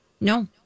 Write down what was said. No